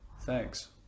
Thanks